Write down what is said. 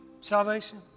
salvation